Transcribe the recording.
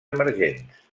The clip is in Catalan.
emergents